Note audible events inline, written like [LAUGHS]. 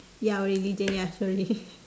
ya our religion ya sorry [LAUGHS]